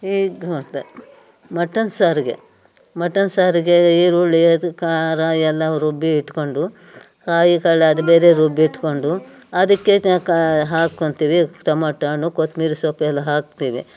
mutton ಸಾರಿಗೆ mutton ಸಾರಿಗೇ ಈರುಳ್ಳಿ ಅದು ಖಾರ ಎಲ್ಲ ರುಬ್ಬಿ ಇಟ್ಕೊಂಡು ಕಾಯಿ ಕಡಲೆ ಅದು ಬೇರೆ ರುಬ್ಬಿ ಇಟ್ಕೊಂಡು ಅದಕ್ಕೆ ತ ಕಾ ಹಾಕು ಅಂತೀವಿ ಟೊಮಾಟೋ ಹಣ್ಣು ಕೊತ್ತಂಬ್ರಿ ಸೊಪ್ಪು ಎಲ್ಲ ಹಾಕ್ತೀವಿ